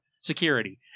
security